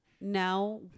now